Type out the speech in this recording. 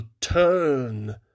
turn